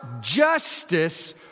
justice